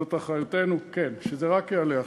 זאת אחריותנו, כן, שזה רק יעלה עכשיו.